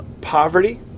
poverty